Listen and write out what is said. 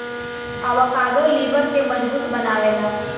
avocado लिबर के मजबूत बनावेला